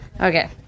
Okay